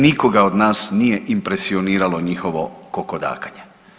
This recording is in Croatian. Nikoga od nas nije impresioniralo njihovo kokodakanje.